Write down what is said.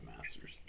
master's